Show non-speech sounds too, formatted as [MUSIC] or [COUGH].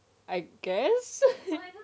I guess [LAUGHS]